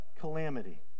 calamity